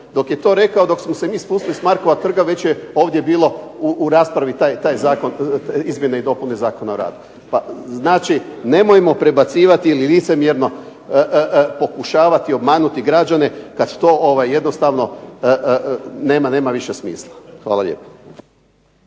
Dok je to rekao, dok smo se mi spustili s Markova trga već je ovdje bilo u raspravi taj zakon, izmjene i dopune Zakona o radu. Znači, nemojmo prebacivati ili licemjerno pokušavati obmanuti građane kad to jednostavno nema više smisla. Hvala lijepa.